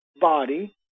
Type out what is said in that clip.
body